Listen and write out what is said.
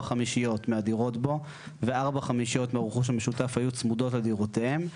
חמישיות מהדירות בו וארבע חמישיות מהרכוש המשותף היו צמודות לדירותיהם,